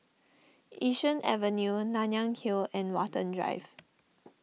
Yishun Avenue Nanyang Hill and Watten Drive